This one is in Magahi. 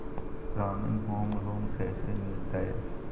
ग्रामीण होम लोन कैसे मिलतै?